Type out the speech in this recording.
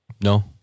No